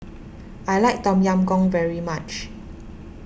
I like Tom Yam Goong very much